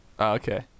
Okay